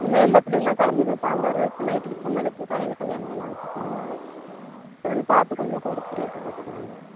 இல்லை எல்லாத்திலையுந்தான் கலந்து தான் சாம்பார் இப்போ நைட்டுக்கு பொண்ணழைப்பு காலையில் கல்யாணம் எல்லாம் வைச்சிருக்கோம்ல அதனால் பார்த்து கொஞ்சம் கொறைச்ச ரேட்டு போட்டுக் கொடுங்க